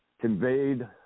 conveyed